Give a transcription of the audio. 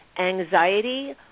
Anxiety